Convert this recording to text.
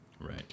right